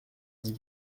dit